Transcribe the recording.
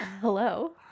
Hello